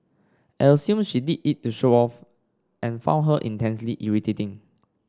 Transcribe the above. I assumed she did it to show off and found her intensely irritating